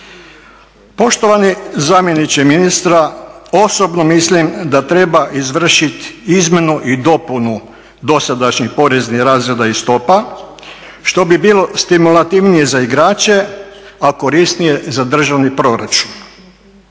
Poštovani zamjeniče ministra, osobno mislim da treba izvršiti izmjenu i dopunu dosadašnjih poreznih razreda i stopa, što bi bilo stimulativnije za igrače, a korisnije za državni proračuna.